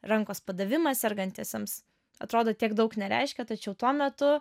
rankos padavimas sergantiesiems atrodo tiek daug nereiškia tačiau tuo metu